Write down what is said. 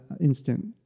instant